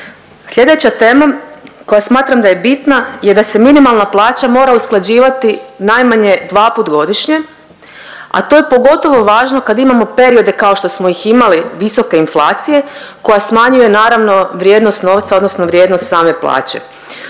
Sljedeća tema koja smatram da je bitna je da se minimalna plaća mora usklađivati najmanje dva put godišnje, a to je pogotovo važno kad imamo periode kao što smo ih imali visoke inflacije koja smanjuje naravno vrijednost novca odnosno vrijednost same plaće.